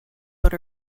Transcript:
but